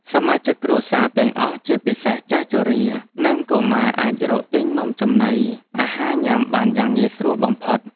សមាជិកគ្រួសារទាំងអស់ជាពិសេសចាស់ជរា និងកុមារអាចរកទិញនំចំណីអាហារញ៉ាំបានយ៉ាងងាយស្រួលបំផុត។